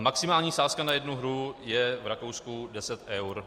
Maximální sázka na jednu hru je v Rakousku deset eur.